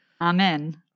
Amen